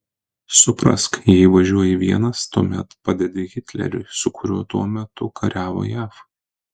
suprask jei važiuoji vienas tuomet padedi hitleriui su kuriuo tuo metu kariavo jav